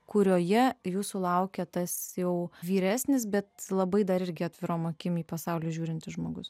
kurioje jūsų laukia tas jau vyresnis bet labai dar irgi atvirom akim į pasaulį žiūrintis žmogus